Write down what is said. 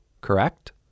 correct